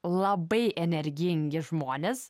labai energingi žmonės